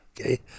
Okay